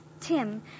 Tim